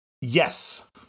Yes